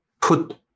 put